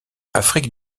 afrique